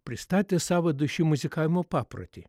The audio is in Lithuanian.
pristatė sąvadui šį muzikavimo paprotį